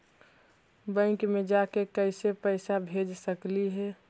Bank मे जाके कैसे पैसा भेज सकली हे?